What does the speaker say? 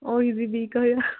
ਉਹੀ ਜੀ ਵੀਹ ਕੁ ਹਜ਼ਾਰ